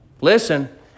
Listen